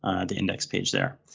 the index page there.